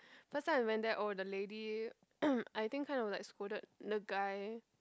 first time I went there oh the lady I think kind of like scolded the guy